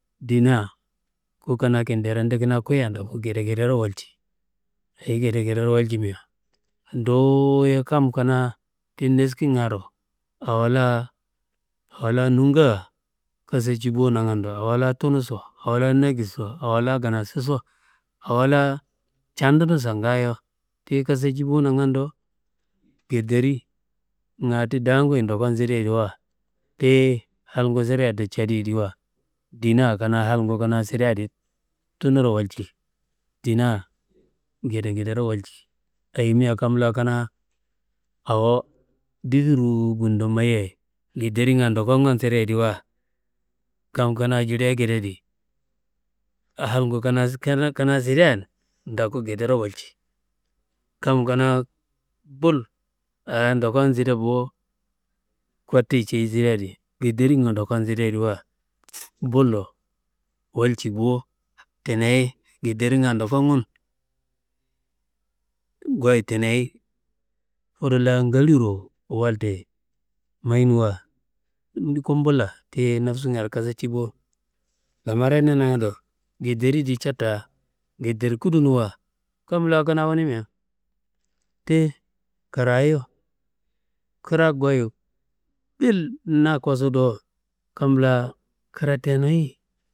Ndina ku kanaa kinderomde kanaa koyiyan ndoku ngedengedero walci, ayi ngedengedero walcimea, duwuye kam kanaa ti neskingaro, awo la nunga kasaci bo nangando, awo la tunuso, awo la nangisso, awo la nginasuso, awo la candunuso ngaayo, tiyi kasaci bo nagando, ngederinga ti daanguyi ndokun sideyediwa, tiyi sireye do cediyediwa, ndina kanaa halngu kanaa sidea adi tunuro walci, ndina ngedengedero walci. Ayimia kam la kanaa awo difi ruwu kundo mayiyayi, ngederinga ndokongun sireyediwa kam kanaa jili akedea adi halngu kanaa siren ndoku ngedero walci, kam kanaa bul aa ndokon side bo, kottuyi ceyi sidea adi, ngederinga ndokon sideyediwa bullo walci bo, tineyi ngederinga ndokongun, goyi tineyi fudu la ngaliwuro waltiye mayinuwa, kumbulla tiyi nafsingaro kasaci bo, lamari adi nangando, ngederi di ca da ngederkudunua, kam la kanaa wunumia ti krayu, kra goyu bil na kosu do kam la kra tenuyi.